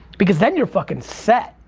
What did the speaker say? because then you're fuckin' set.